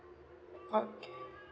okay